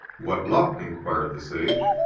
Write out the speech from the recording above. what luck? inquired the sage.